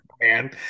Man